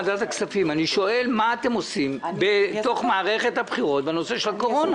אתם עושים בתוך מערכת הבחירות בנושא של הקורונה?